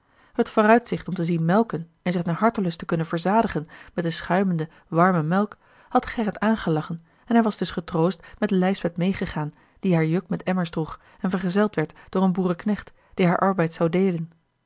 het vooruitzicht om te zien melken en zich naar hartelust te kunnen verzadigen met de schuimende warme melk had gerrit aangelachen en hij was dus getroost met lijsbeth meêgegaan die haar juk met emmers droeg en vergezeld werd door een boerenknecht die haar arbeid zou deelen